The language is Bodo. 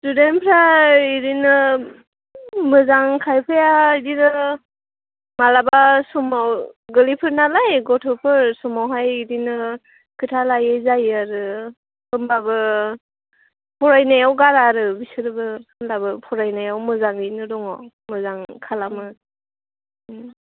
स्टुदेन्टफ्रा बिदिनो मोजां खायफाया बिदिनो माब्लाबा समाव गोरलैफोर नालाय गथ'फोर समावहाय बिदिनो खोथा लायै जायो आरो होनबाबो फरायनायाव गारा आरो बिसोरबो होनबाबो फरायनायाव मोजाङैनो दङ मोजां खालामो